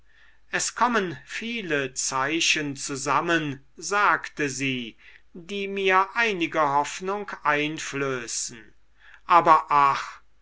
es kommen viele zeichen zusammen sagte sie die mir einige hoffnung einflößen aber ach